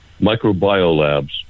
microbiolabs